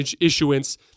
issuance